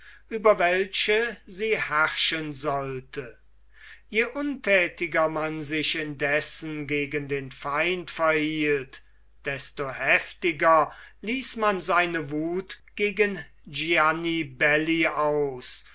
über welche sie herrschen sollte je unthätiger man sich indessen gegen den feind verhielt desto heftiger ließ man seine wuth gegen gianibelli aus